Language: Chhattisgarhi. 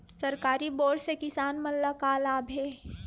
सरकारी बोर से किसान मन ला का लाभ हे?